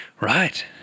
Right